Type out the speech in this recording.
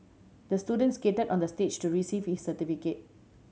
the student skated on the stage to receive his certificate